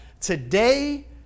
Today